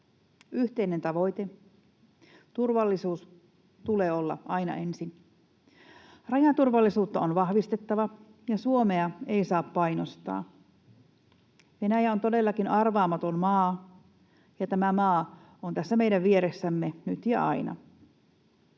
Yhteinen tavoite, turvallisuus, tulee olla aina ensin. Rajaturvallisuutta on vahvistettava, ja Suomea ei saa painostaa. Venäjä on todellakin arvaamaton maa, ja tämä maa on tässä meidän vieressämme nyt ja aina.